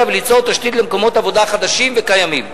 וליצור תשתית למקומות עבודה חדשים וקיימים.